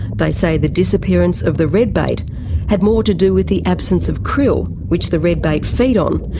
they say the disappearance of the red bait had more to do with the absence of krill, which the red bait feed on,